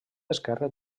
esquerre